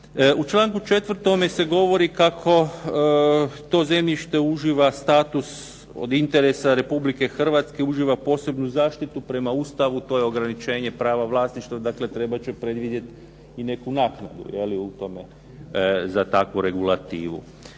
U članku 4. govori se kako to zemljište uživa status od interesa Republike Hrvatske uživa posebnu zaštitu prema Ustavu to je ograničenje prava vlasništva. Dakle, trebat će predvidjeti i neku naknadu u tome za takvu regulativu.